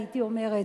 הייתי אומרת,